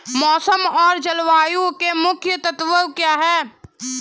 मौसम और जलवायु के मुख्य तत्व क्या हैं?